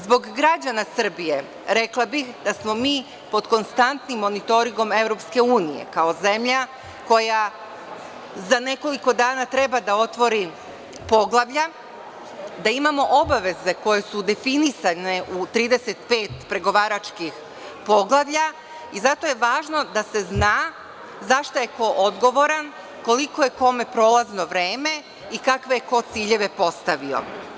Zbog građana Srbije, rekla bih da smo mi pod konstantnim monitoringom EU, kao zemlja koja za nekoliko dana treba da otvori poglavlja, da imamo obaveze koje su definisane u 35 pregovaračkih poglavlja i zato je važno da se zna za šta je ko odgovoran, koliko je kome prolazno vreme i kakve je ko ciljeve postavio.